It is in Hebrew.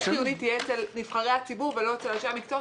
חיוני תהיה אצל נבחרי הציבור ולא אצל אנשי הציבור,